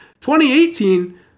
2018